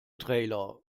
trailer